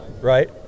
right